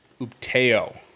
Upteo